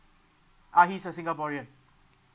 uh he's a singaporean